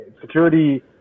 security